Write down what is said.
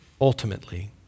ultimately